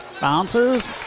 bounces